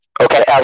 Okay